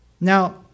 Now